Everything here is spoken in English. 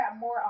more